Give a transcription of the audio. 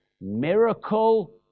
miracle